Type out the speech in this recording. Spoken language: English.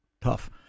tough